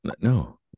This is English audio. no